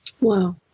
Wow